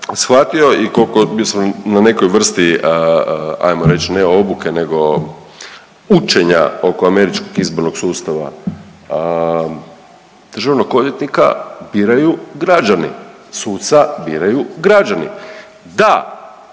shvatio i koliko, bio sam na nekoj vrsti ajmo reći, ne obuke nego učenja oko američkog izbornog sustava. Državnog odvjetnika biraju građani, suca biraju građani. Da,